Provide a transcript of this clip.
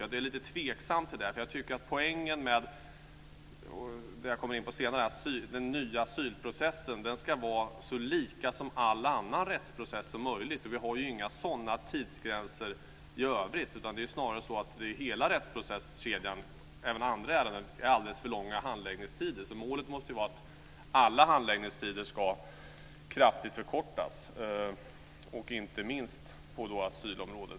Jag tycker att poängen med den nya asylprocessen, som jag kommer in på senare, är att den ska vara så lik all annan rättsprocess som möjligt. Vi har ju inga sådana tidsgränser i övrigt. Det är snarare så att handläggningstiderna är alldeles för långa i hela rättsprocesskedjan, även i andra ärenden. Målet måste vara att alla handläggningstider kraftigt förkortas, inte minst på asylområdet.